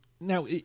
Now